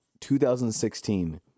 2016